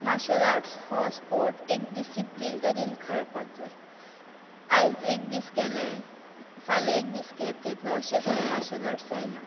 martial arts हो sport एक discipline तरेन खेळपाक जाय आयज एक दीस केलें फाल्यां एक दीस गेप घेतलो अशें करून मार्शेल आर्टस जायना